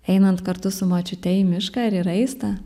einant kartu su močiute į mišką ar į raistą